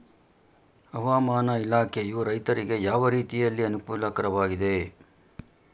ಹವಾಮಾನ ಇಲಾಖೆಯು ರೈತರಿಗೆ ಯಾವ ರೀತಿಯಲ್ಲಿ ಅನುಕೂಲಕರವಾಗಿದೆ?